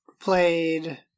Played